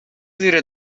زیر